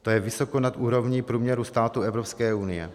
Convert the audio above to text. To je vysoko nad úrovni průměru států Evropské unie.